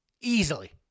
Easily